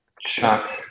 Chuck